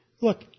look